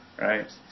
Right